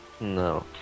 No